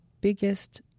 biggest